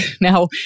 Now